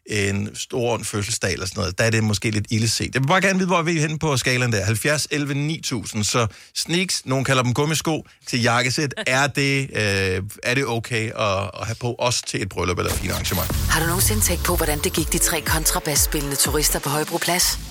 en stor fødselsdag eller sådan noget, der er det måske lidt ilde set. Jeg vil bare gerne vide, hvor er vi henne på skalaen der? 70-11-9000. Så sneaks, nogen kalder dem gummisko, til jakkesæt, er det, øh, er det okay at- at have på også til et bryllup eller et fint arrangement? Har du nogensinde tænkt på, hvordan det gik de tre kontrabasspillende turister på Højbroplads?